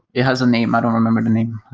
it has a name. i don't remember the name.